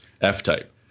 F-Type